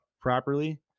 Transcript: properly